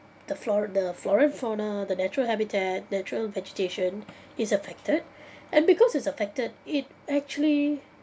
the flora the flora and fauna the natural habitat natural vegetation is affected and because it's affected it actually